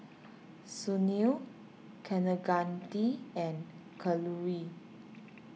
Sunil Kaneganti and Kalluri